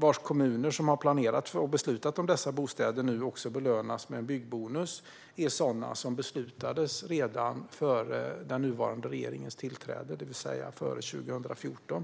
i kommuner som har planerat för och beslutat om dessa bostäder och som nu även belönas med en byggbonus, är bostäder som beslutades redan före den nuvarande regeringens tillträde, det vill säga före 2014.